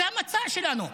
זה המצע שלנו.